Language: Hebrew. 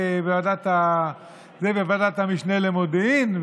זה בוועדת המשנה למודיעין,